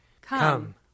Come